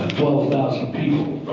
thousand people